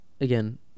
again